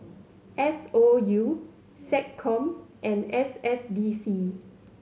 S O U SecCom and S S D C